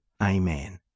Amen